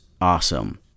awesome